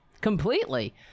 completely